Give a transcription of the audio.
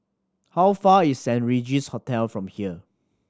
how far is Saint Regis Hotel from here